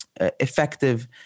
effective